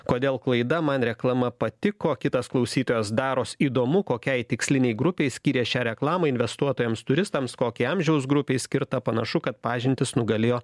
kodėl klaida man reklama patiko kitas klausytojas daros įdomu kokiai tikslinei grupei skyrė šią reklamą investuotojams turistams kokiai amžiaus grupei skirta panašu kad pažintys nugalėjo